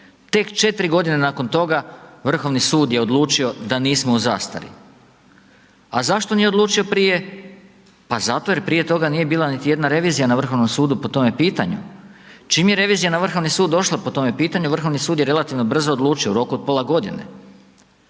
tek 4 g. nakon toga, Vrhovni sud je odlučio da nismo u zastari. A zašto nije odlučio prije? Pa zato jer prije toga nije bila niti jedna revizija na Vrhovnom sudu po tome pitanju. Čim je revizija na Vrhovni sud došla po tome pitanju, Vrhovni sud je relativno brzo, odlučio, u roku od pola godine.